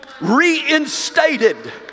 reinstated